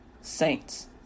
saints